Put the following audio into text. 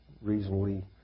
reasonably